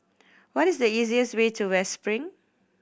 what is the easiest way to West Spring